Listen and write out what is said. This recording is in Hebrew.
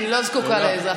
אני לא זקוקה לעזרה,